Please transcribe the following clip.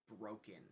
broken